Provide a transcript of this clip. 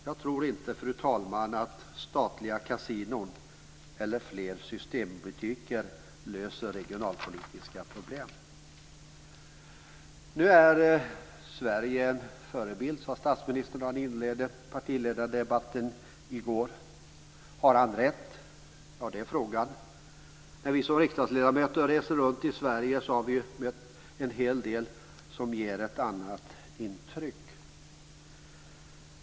Jag tror inte, fru talman, att statliga kasinon eller fler systembutiker löser regionalpolitiska problem. Sverige är en förebild, sade statsministern när han inledde partiledardebatten i går. Har han rätt? Det är frågan. När vi som riksdagsledamöter reser runt i Sverige har vi mött en hel del som ger ett annat intryck.